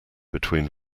between